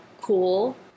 cool